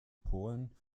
polen